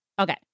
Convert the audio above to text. Okay